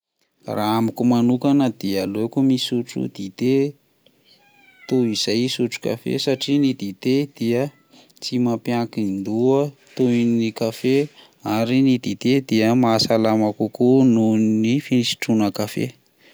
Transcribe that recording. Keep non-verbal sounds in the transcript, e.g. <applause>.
Raha amiko manokana dia aleko misotro dite <noise> toy izay hisotro kafe satria ny dite dia tsy mampiankidoha toy ny kafe, ary ny dite dia mahasalama kokoa noho ny fisotrona kafe.